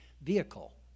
vehicle